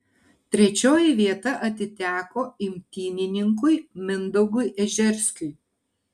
trečioji vieta atiteko imtynininkui mindaugui ežerskiui